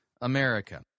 America